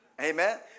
amen